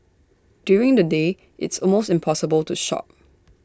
during the day it's almost impossible to shop